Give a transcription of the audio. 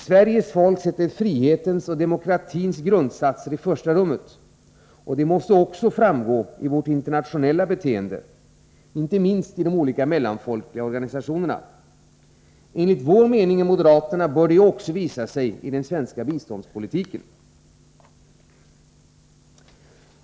Sveriges folk sätter frihetens och demokratins grundsatser i första rummet, och det måste framgå också i Sveriges internationella beteende, inte minst inom de olika mellanfolkliga organisationerna. Enligt vår mening i moderata samlingspartiet bör det visa sig också i biståndspolitiken.